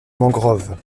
mangroves